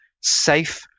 safe